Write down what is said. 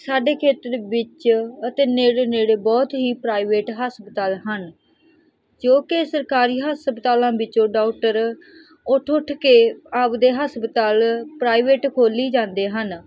ਸਾਡੇ ਖੇਤਰ ਵਿੱਚ ਅਤੇ ਨੇੜੇ ਨੇੜੇ ਬਹੁਤ ਹੀ ਪ੍ਰਾਈਵੇਟ ਹਸਪਤਾਲ ਹਨ ਜੋ ਕਿ ਸਰਕਾਰੀ ਹਸਪਤਾਲਾਂ ਵਿੱਚੋਂ ਡਾਕਟਰ ਉੱਠ ਉੱਠ ਕੇ ਆਪਣੇ ਹਸਪਤਾਲ ਪ੍ਰਾਈਵੇਟ ਖੋਲ੍ਹੀ ਜਾਂਦੇ ਹਨ